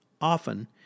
often